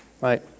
right